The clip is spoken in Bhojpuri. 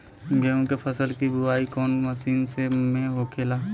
गेहूँ के फसल की बुवाई कौन हैं महीना में होखेला?